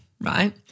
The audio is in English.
right